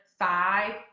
five